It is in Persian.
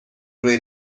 روی